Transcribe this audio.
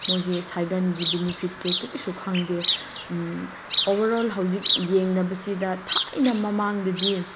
ꯃꯣꯏꯁꯦ ꯁꯥꯏꯀꯜꯒꯤ ꯕꯦꯅꯤꯐꯤꯠꯁꯦ ꯀꯔꯤꯁꯨ ꯈꯪꯗꯦ ꯑꯣꯕꯔ ꯑꯣꯜ ꯍꯧꯖꯤꯛ ꯌꯦꯡꯅꯕꯁꯤꯗ ꯊꯥꯏꯅ ꯃꯃꯥꯡꯗꯗꯤ